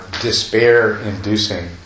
Despair-inducing